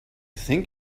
think